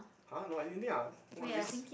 !huh! no any anything ah what risks